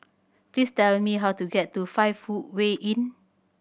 please tell me how to get to Five Footway Inn